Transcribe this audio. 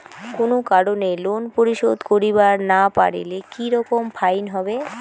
কোনো কারণে লোন পরিশোধ করিবার না পারিলে কি রকম ফাইন হবে?